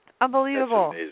Unbelievable